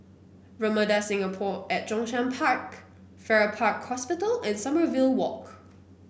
Ramada Singapore at Zhongshan Park Farrer Park Hospital and Sommerville Walk